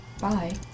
Bye